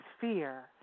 fear